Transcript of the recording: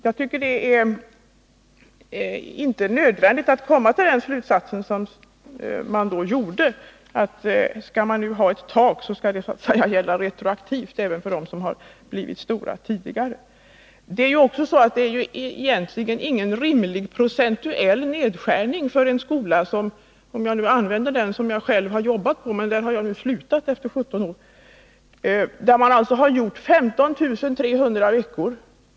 Jag tycker inte det är nödvändigt att komma till den slutsats som utredningen kom till — att skall man ha ett tak, så skall det gälla retroaktivt även för dem som blivit riktigt stora tidigare. Det är inte heller någon rimlig procentuell nedskärning det blir fråga om för en skola. Om jag nu tar exempel från den skola där jag jobbat i 17 år — jag har nu slutat — kan jag nämna att man där hade 15 300 elevveckor.